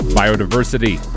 biodiversity